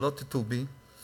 שלא תטעו בי,